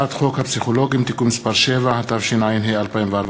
הצעת החוק עברה בקריאה ראשונה,